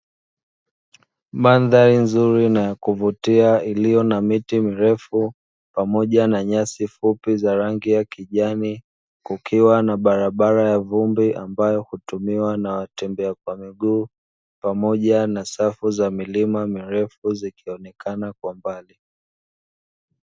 Mandhari nzuri na ya kuvutia iliyo na miti mirefu pamoja na nyasi fupi za rangi ya kijani, kukiwa na barabara ya vumbi ambayo hutumiwa na watembea kwa miguu pamoja na safu za milima mirefu zikionekana kwa mbali.